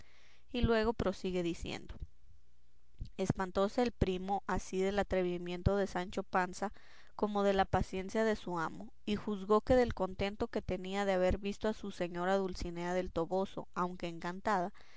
y luego prosigue diciendo espantóse el primo así del atrevimiento de sancho panza como de la paciencia de su amo y juzgó que del contento que tenía de haber visto a su señora dulcinea del toboso aunque encantada